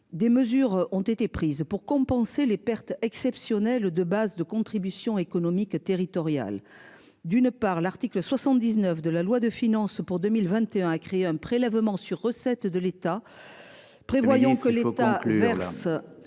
Des mesures ont été prises pour compenser les pertes exceptionnelles de base de contribution économique territoriale. D'une part l'article 79 de la loi de finances pour 2021 a créé un prélèvement sur recettes de l'État. Prévoyant que l'État verse.